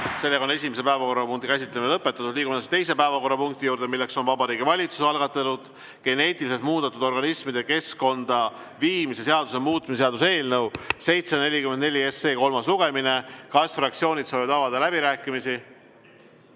Sellega on esimese päevakorrapunkti käsitlemine lõpetatud. Liigume edasi teise päevakorrapunkti juurde, milleks on Vabariigi Valitsuse algatatud geneetiliselt muundatud organismide keskkonda viimise seaduse muutmise seaduse eelnõu 744 kolmas lugemine. Kas fraktsioonid soovivad avada läbirääkimisi?